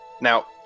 Now